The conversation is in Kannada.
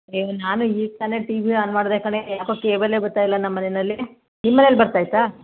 ಅಯ್ಯೋ ನಾನೂ ಈಗ ತಾನೇ ಟಿವಿ ಆನ್ ಮಾಡಿದೆ ಕಣೇ ಯಾಕೋ ಕೇಬಲ್ಲೇ ಬರ್ತಾ ಇಲ್ಲ ನಮ್ಮ ಮನೆಯಲ್ಲಿ ನಿಮ್ಮ ಮನೇಲಿ ಬರ್ತಾ ಐತಾ